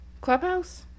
Clubhouse